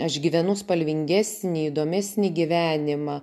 aš gyvenu spalvingesnį įdomesnį gyvenimą